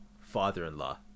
father-in-law